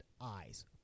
eyes